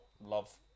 love